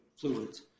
fluids